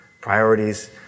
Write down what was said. priorities